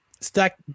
stack